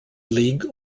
league